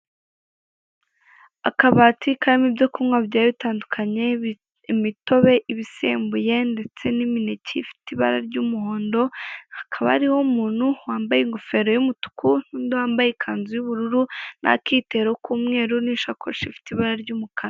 Akabati karimo ibyo kunywa bitandukanye: imitobe, ibisembuye ndetse n'imineke ifite ibara ry'umuhondo. Hakaba hariho umuntu wambaye ingofero y'umutuku n'undi wambaye ikanzu y'ubururu n'akitero k'umweru n'ishakoshi ifite ibara ry'umukara.